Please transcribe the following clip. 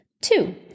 Two